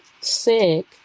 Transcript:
sick